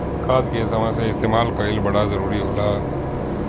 खाद के समय से इस्तेमाल कइल बड़ा जरूरी होला